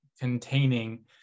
containing